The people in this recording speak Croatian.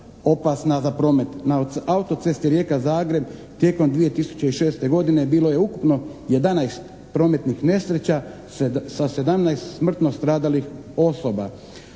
opasna za promet. Na autocesti Rijeka-Zagreb tijekom 2006. godine bilo je ukupno 11 prometnih nesreća sa 17 smrtno stradalih osoba.